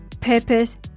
purpose